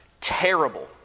terrible